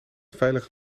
veilige